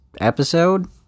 episode